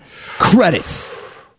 Credits